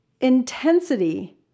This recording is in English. intensity